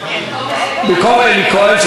במקום אלי כהן.